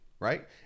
Right